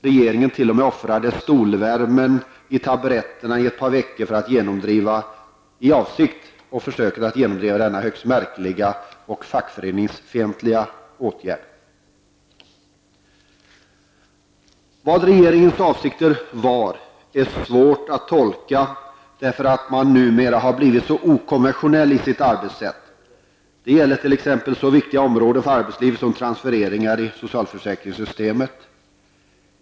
Regeringen t.o.m. offrade stolvärmen i taburetterna i ett par veckor i försöket att genomdriva denna högst märkliga och fackföreningsfientliga åtgärd. Vad regeringens avsikt var är svårt att tolka, därför att den har blivit så okonventionell i sitt arbetssätt. Det gäller så viktiga områden för arbetslivet som transfereringar i socialförsäkringssystemet.